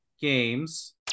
games